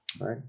right